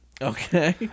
okay